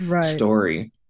story